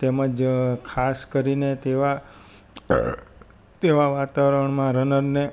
તેમજ ખાસ કરીને તેવા તેવા વાતાવરણમાં રનરને